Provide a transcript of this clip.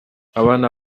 abana